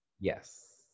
Yes